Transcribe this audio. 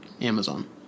Amazon